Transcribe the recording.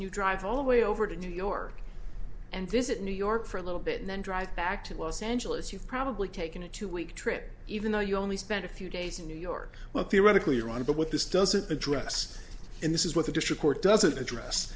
you drive all the way over to new york and visit new york for a little bit and then drive back to los angeles you've probably taken a two week trip even though you only spent a few days in new york well theoretically you're on but what this doesn't address and this is what the district court doesn't address